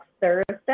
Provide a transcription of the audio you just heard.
Thursday